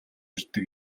ирдэг